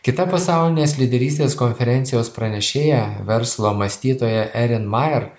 kita pasaulinės lyderystės konferencijos pranešėja verslo mąstytoja erin majer